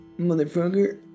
motherfucker